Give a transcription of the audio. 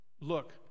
Look